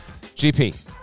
GP